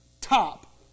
top